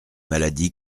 maladie